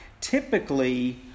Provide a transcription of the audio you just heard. Typically